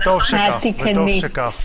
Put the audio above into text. וטוב שכך.